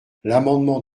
l’amendement